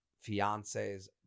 fiance's